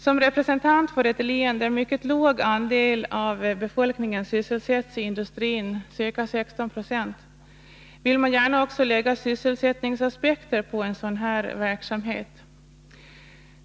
Som representant för ett län där mycket låg andel av befolkningen sysselsätts i industrin, ca 16 26, vill jag gärna också lägga sysselsättningsaspekter på en sådan här verksamhet.